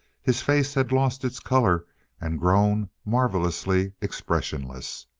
his face had lost its color and grown marvellously expressionless.